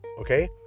okay